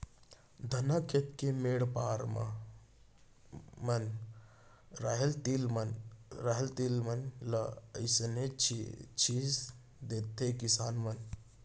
धनहा खेत के मेढ़ पार मन म राहेर, तिली मन ल अइसने छीन देथे किसान मन